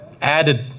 added